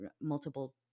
multiple